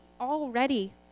already